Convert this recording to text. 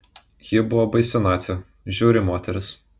ji buvo baisi nacė žiauri moteris